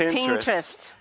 Pinterest